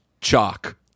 chalk